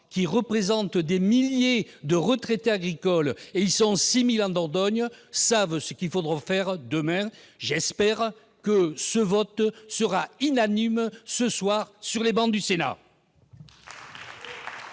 qui représentent des milliers de retraités agricoles-6 000 en Dordogne -, savent ce qu'il faudra faire demain. J'espère donc que le vote sera unanime, ce soir, sur les travées du Sénat.